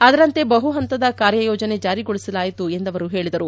ಅದರಂತೆ ಬಹು ಹಂತದ ಕಾರ್ಯ ಯೋಜನೆ ಜಾರಿಗೊಳಿಸಲಾಯಿತು ಎಂದು ಅವರು ಹೇಳಿದರು